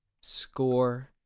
score